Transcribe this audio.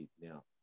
now